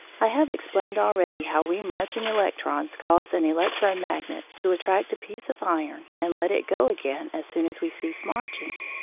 i have explained already how we marching electrons cause an electro-magnet to attract a piece of iron and let it go again as soon as we cease marching.